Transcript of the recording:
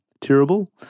terrible